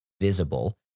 visible